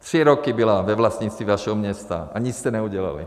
Tři roky byla ve vlastnictví vašeho města a nic jste neudělali.